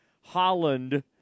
Holland